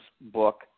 book